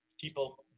people